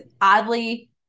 oddly